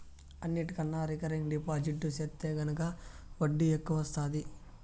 అన్నిటికన్నా recurring deposit సెత్తే గనక ఒడ్డీ ఎక్కవొస్తాది